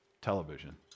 television